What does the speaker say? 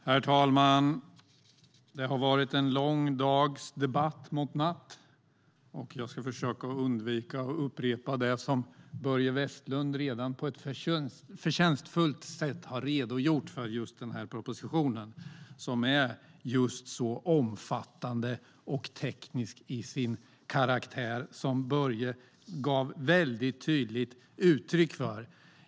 Herr talman! Det har varit en lång dags debatt mot natt. Jag ska försöka undvika att upprepa det som Börje Vestlund på ett förtjänstfullt sätt redan har redogjort för. Denna proposition är just så omfattande och teknisk till sin karaktär som Börje gav tydligt uttryck för.